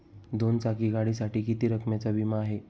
दोन चाकी गाडीसाठी किती रकमेचा विमा आहे?